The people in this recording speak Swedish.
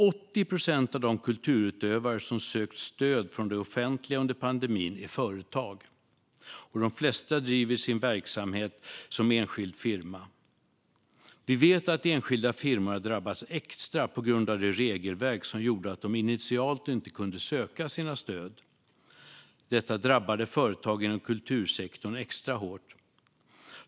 80 procent av de kulturutövare som sökt stöd från det offentliga under pandemin är företag, och de flesta driver sin verksamhet som enskild firma. Vi vet att enskilda firmor har drabbats extra på grund av det regelverk som gjorde att de initialt inte kunde söka stöd. Detta drabbade företag inom kultursektorn extra hårt.